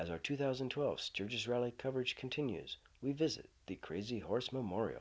as our two thousand and twelve stooges rally coverage continues we visit the crazy horse memorial